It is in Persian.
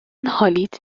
حالیت